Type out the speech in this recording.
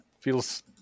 feels